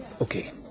Okay